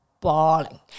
bawling